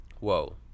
whoa